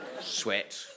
Sweat